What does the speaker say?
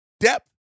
Depth